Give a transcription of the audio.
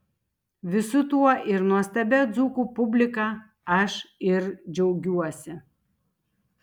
visu tuo ir nuostabia dzūkų publika aš ir džiaugiuosi